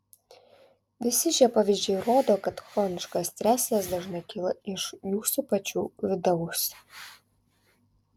visi šie pavyzdžiai rodo kad chroniškas stresas dažnai kyla iš jūsų pačių vidaus